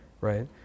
Right